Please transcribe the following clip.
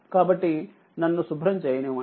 కాబట్టి నన్ను శుభ్రం చేయనివ్వండి